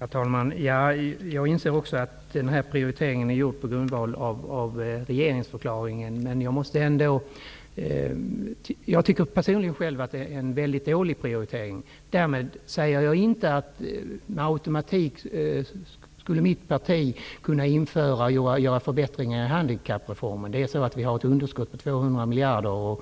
Herr talman! Jag inser också att den här prioriteringen är gjord på grundval av regeringsförklaringen. Personligen tycker jag att det är en väldigt dålig prioritering -- därmed inte sagt att mitt parti per automatik skulle kunna göra förbättringar när det gäller handikappreformen. Vi har ju ett underskott på 200 miljarder.